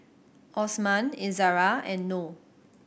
Osman Izara and Noh